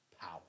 Power